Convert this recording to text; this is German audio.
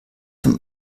dem